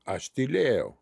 aš tylėjau